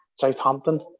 Southampton